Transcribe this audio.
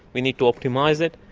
we need to optimise it.